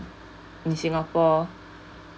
in singapore